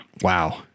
Wow